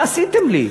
מה עשיתם לי?